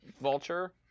vulture